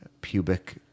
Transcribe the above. pubic